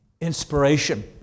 inspiration